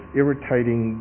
irritating